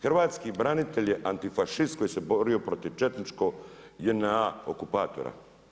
Hrvatski branitelj je antifašist koji se borio protiv četničko JNA okupatora.